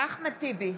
אחמד טיבי,